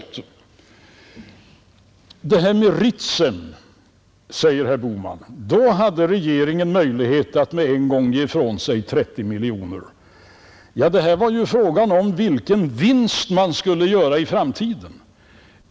När det gällde frågan om Ritsem, säger herr Bohman, hade regeringen möjlighet att med en gång ge ifrån sig 30 miljoner kronor. Det var fråga om vilken vinst man skulle göra i framtiden.